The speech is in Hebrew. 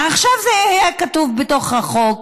מעכשיו זה יהיה כתוב בתוך החוק.